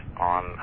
on